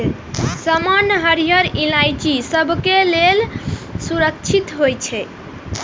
सामान्यतः हरियर इलायची सबहक लेल सुरक्षित होइ छै